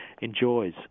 enjoys